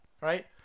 Right